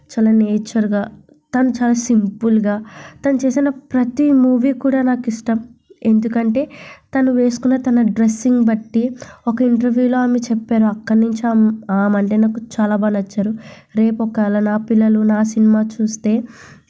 చాలా నేచర్గా తను చాలా సింపుల్గా తన చేసిన ప్రతి మూవీ కూడా నాకు ఇష్టం ఎందుకంటే తను వేసుకున్న తన డ్రెస్సింగ్ బట్టి ఒక ఇంటర్వ్యూలో ఆమె చెప్పారు అక్కడి నుంచి ఆమె ఆమె అంటే నాకు చాలా బాగా నచ్చింది రేపు ఒకవేళ నా పిల్లలు నా సినిమా చూస్తే